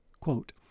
Quote